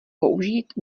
použít